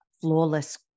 flawless